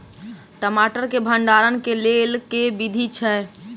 टमाटर केँ भण्डारण केँ लेल केँ विधि छैय?